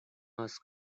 was